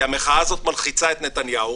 כי המחאה הזאת מלחיצה את נתניהו,